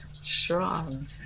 strong